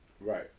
Right